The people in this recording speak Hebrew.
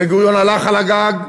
בן גוריון הלך על הגג,